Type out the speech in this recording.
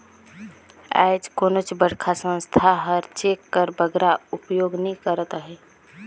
आएज कोनोच बड़खा संस्था हर चेक कर बगरा उपयोग नी करत अहे